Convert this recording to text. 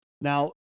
now